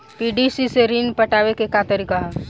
PDC से ऋण पटावे के का तरीका ह?